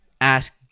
ask